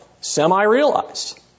Semi-realized